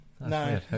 No